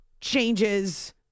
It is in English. changes